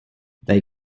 they